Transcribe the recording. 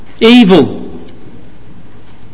evil